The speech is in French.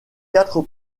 quatre